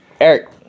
Eric